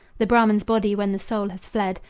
the brahman's body, when the soul has fled,